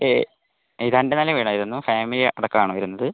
ഏഹ് രണ്ട് നില വേണമായിരുന്നു ഫാമിലി അടക്കം ആണ് വരുന്നത്